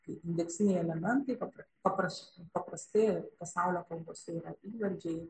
kaip indeksiniai elementai papr papraš paprastai pasaulio kalbose yra įvardžiai